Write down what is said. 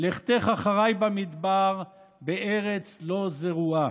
לכתך אחרַי במדבר בארץ לא זרועה".